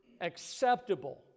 acceptable